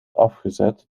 afgezet